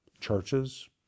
churches